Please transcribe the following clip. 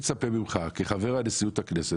כחבר נשיאות הכנסת,